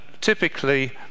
typically